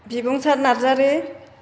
Bibungsar Narzary